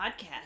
podcast